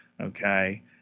okay